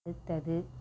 அடுத்தது